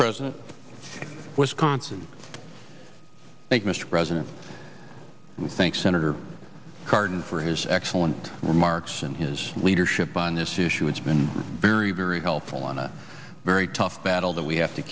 president wisconsin thank mr president thank senator cardin for his excellent remarks and his leadership on this issue has been very very helpful on a very tough battle that we have to